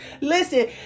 Listen